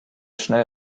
schnell